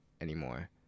anymore